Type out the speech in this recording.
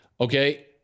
Okay